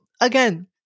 again